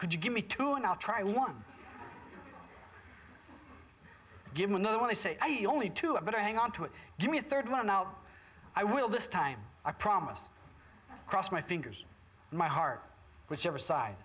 could you give me two and i'll try one give him another one i say only to him but i hang on to it give me a third one now i will this time i promise cross my fingers in my heart whichever side